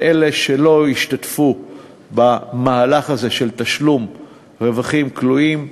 שאלה שלא השתתפו במהלך הזה של תשלום רווחים כלואים,